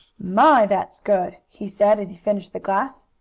my, that's good! he said, as he finished the glass.